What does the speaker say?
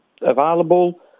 available